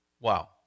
Wow